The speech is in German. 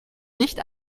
nicht